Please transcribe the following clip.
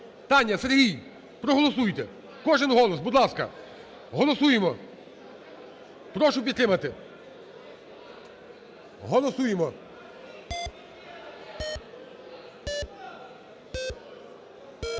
Таня, Сергій, проголосуйте, кожен голос, будь ласка. Голосуємо. Прошу підтримати. Голосуємо.